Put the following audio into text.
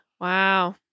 Wow